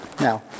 Now